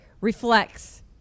reflects